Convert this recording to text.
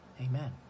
amen